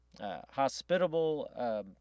hospitable